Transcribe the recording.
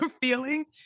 feeling